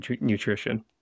nutrition